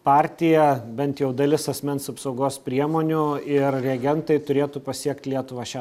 partija bent jau dalis asmens apsaugos priemonių ir reagentai turėtų pasiekt lietuvą šią